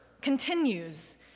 continues